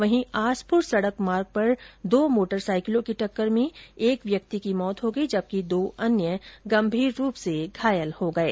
वहीं आसपुर सडक मार्ग पर दो मोटरसाईकिलों की टक्कर में एक व्यक्ति की मौत हो गई जबकि दो अन्य गंभीर रूप से घायल हो गये